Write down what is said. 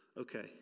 okay